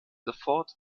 sofort